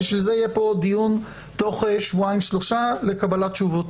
בגלל זה יהיה פה דיון תוך שבועיים שלושה לקבלת תשובות,